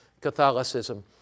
Catholicism